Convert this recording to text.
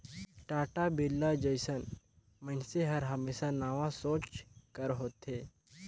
टाटा, बिरला जइसन मइनसे हर हमेसा नावा सोंच कर होथे